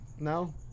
No